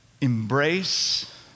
embrace